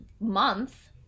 month